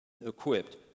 equipped